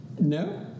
No